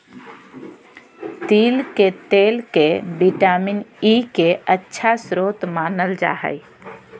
तिल के तेल के विटामिन ई के अच्छा स्रोत मानल जा हइ